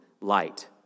light